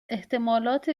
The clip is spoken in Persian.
احتمالات